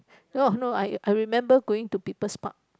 no I I remember going to People's Park